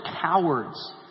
cowards